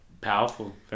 powerful